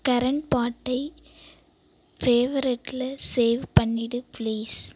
current பாட்டை ஃபேவரட்டில save பண்ணிவிடு ப்ளீஸ்